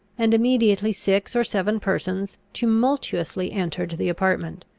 and immediately six or seven persons tumultuously entered the apartment.